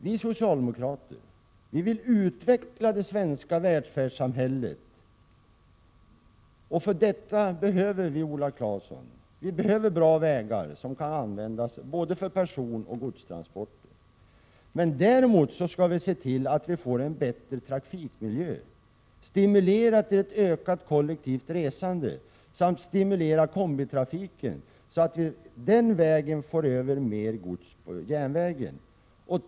Vi socialdemokrater vill utveckla det svenska välfärdssamhället, och för detta behövs det bra vägar, som kan användas för både personoch godstransporter. Däremot skall'vi se till att skapa en bättre trafikmiljö, stimulera till ett ökat kollektivt resande samt stimulera kombitrafiken, så att mer gods på det sättet kan överföras till järnvägen.